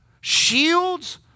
shields